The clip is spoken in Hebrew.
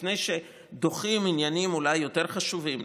לפני שדוחים עניינים אולי יותר חשובים,